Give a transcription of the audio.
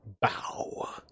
bow